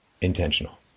intentional